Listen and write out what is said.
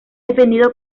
defendido